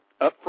Upfront